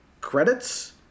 credits